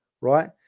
right